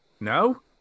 no